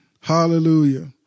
Hallelujah